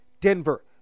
Denver